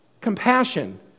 compassion